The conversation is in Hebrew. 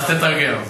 אז תתרגם אותו.